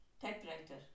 typewriter